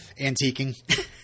Antiquing